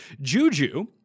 Juju